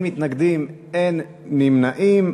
ואין מתנגדים ואין נמנעים.